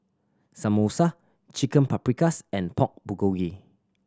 Samosa Chicken Paprikas and Pork Bulgogi